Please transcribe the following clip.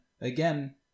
again